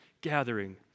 gathering